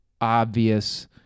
obvious